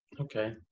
Okay